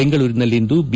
ಬೆಂಗಳೂರಿನಲ್ಲಿಂದು ಬಿ